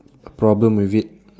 a problem with it